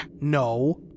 No